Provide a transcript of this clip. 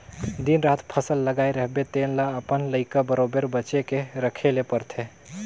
दिन रात फसल लगाए रहिबे तेन ल अपन लइका बरोबेर बचे के रखे ले परथे